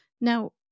Now